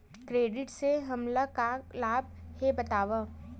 Credit से हमला का लाभ हे बतावव?